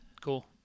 Cool